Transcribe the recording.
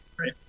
right